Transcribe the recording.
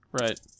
Right